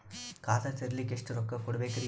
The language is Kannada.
ಖಾತಾ ತೆರಿಲಿಕ ಎಷ್ಟು ರೊಕ್ಕಕೊಡ್ಬೇಕುರೀ?